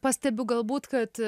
pastebiu galbūt kad